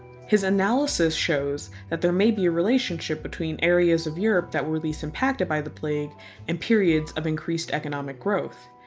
his analysis shows that there may be a relationship between areas of europe that were least impacted by the plague and periods of increased economic growth.